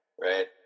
right